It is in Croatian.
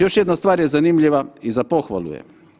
Još jedna stvar je zanimljiva i za pohvalu je.